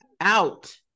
Out